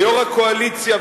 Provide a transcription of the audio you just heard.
ויושב-ראש הקואליציה,